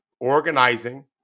organizing